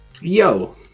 Yo